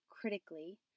critically